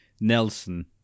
Nelson